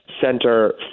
center